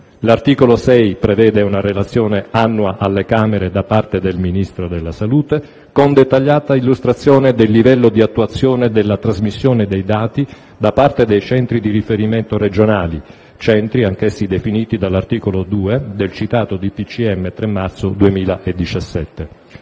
L'articolo 6 prevede una relazione annuale alle Camere da parte del Ministro della salute con dettagliata illustrazione del livello di attuazione della trasmissione dei dati da parte dei centri di riferimento regionali, centri anch'essi definiti dall'articolo 2 del citato decreto del